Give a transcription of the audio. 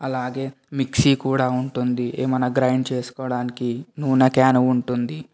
అలాగే మిక్సీ కూడా ఉంటుంది ఏమన్నా గ్రైండ్ చేసుకోడానికి నూనె క్యాన్ ఉంటుంది